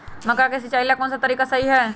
मक्का के सिचाई ला कौन सा तरीका सही है?